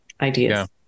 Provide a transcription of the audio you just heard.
ideas